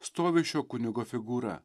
stovi šio kunigo figūra